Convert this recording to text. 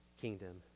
kingdom